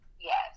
Yes